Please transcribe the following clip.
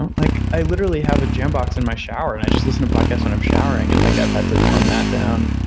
like i literally have a gem box in my shower and i just listen to podcasts when i'm showering, and like i've had to tone that down.